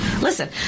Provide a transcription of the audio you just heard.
Listen